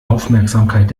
aufmerksamkeit